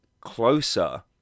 closer